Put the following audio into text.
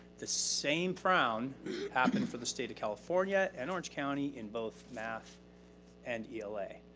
the same frown happened for the state of california and orange county in both math and ela.